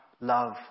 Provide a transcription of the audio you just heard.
love